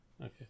Okay